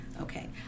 Okay